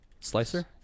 Slicer